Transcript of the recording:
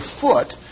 foot